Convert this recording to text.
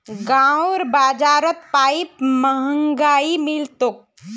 गांउर बाजारत पाईप महंगाये मिल तोक